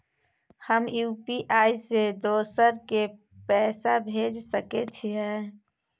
हम यु.पी.आई से दोसर के पैसा भेज सके छीयै?